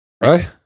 right